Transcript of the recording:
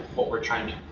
what we're trying to